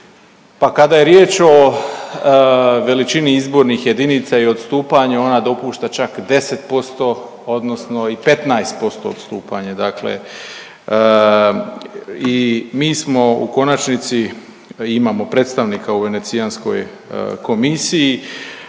pa kada je riječ o veličini izbornih jedinica i odstupanju ona dopušta čak 10% odnosno i 15% odstupanje dakle i mi smo u konačnici imamo predstavnika u Venecijanskoj komisiji,